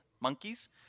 monkeys